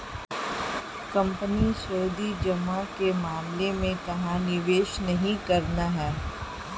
Company सावधि जमा के मामले में कहाँ निवेश नहीं करना है?